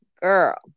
girl